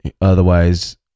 otherwise